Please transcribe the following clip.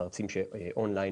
מרצים שעולים באון-ליין,